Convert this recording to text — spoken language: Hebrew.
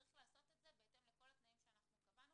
צריך לעשות את זה בהתאם לכל התנאים שאנחנו קבענו,